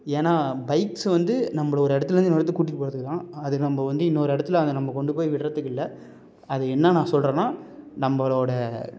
ஏன்னால் பைக்ஸ் வந்து நம்மளை ஒரு இடத்துலேருந்து இன்னொரு இடத்துக்கு கூட்டிட்டு போகிறதுக்கு தான் அது நம்ம வந்து இன்னொரு இடத்துல அது நம்ம கொண்டு போய் விடுகிறதுக்கு இல்லை அது என்ன நான் சொல்கிறேன்னா நம்மளோட